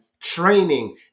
training